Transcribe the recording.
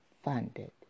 Funded